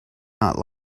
not